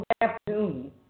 afternoon